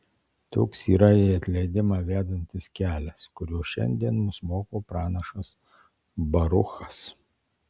toks yra į atleidimą vedantis kelias kurio šiandien mus moko pranašas baruchas